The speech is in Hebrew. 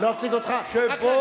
אני לא אפסיק אותך, רק רגע, רק רגע.